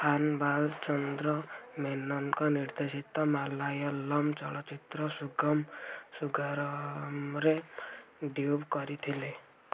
ଖାନ ବାଲାଚନ୍ଦ୍ର ମେନନଙ୍କ ନିର୍ଦ୍ଦେଶିତ ମାଲାୟାଲମ ଚଳଚ୍ଚିତ୍ର ସୁଗମ ସୁଗାକରମରେ ଡେବ୍ୟୁ କରିଥିଲେ